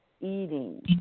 eating